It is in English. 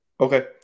Okay